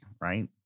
right